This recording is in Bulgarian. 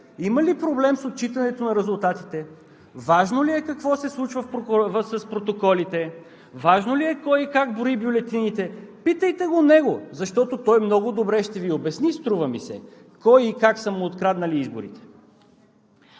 има ли проблем с отчитането на резултатите, важно ли е какво се случва с протоколите, важно ли е кой и как брои бюлетините? Питайте го него, защото той много добре ще Ви обясни, струва ми се, кой и как са му откраднали изборите.